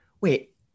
wait